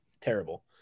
terrible